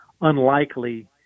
unlikely